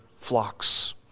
flocks